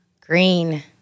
Green